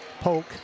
Polk